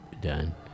done